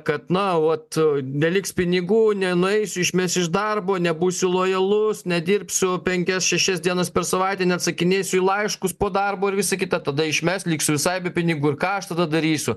kad na vat neliks pinigų nenueisiu išmes iš darbo nebūsiu lojalus nedirbsiu penkias šešias dienas per savaitę neatsakinėsiu į laiškus po darbo ir visa kita tada išmes liksiu visai be pinigų ir ką aš tada darysiu